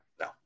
No